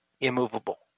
immovable